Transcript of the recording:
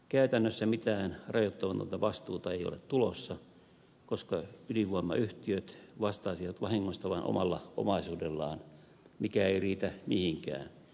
käytännössä mitään rajoittamatonta vastuuta ei ole tulossa koska ydinvoimayhtiöt vastaisivat vahingosta vain omalla omaisuudellaan mikä ei riitä mihinkään